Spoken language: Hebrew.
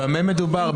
במה מדובר?